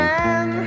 Man